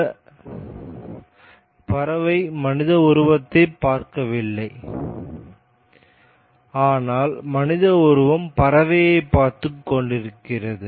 எனவே பறவை மனித உருவத்தைப் பார்க்கவில்லை ஆனால் மனித உருவம் பறவையைப் பார்த்துக் கொண்டிருக்கிறது